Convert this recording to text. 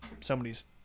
somebody's